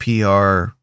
PR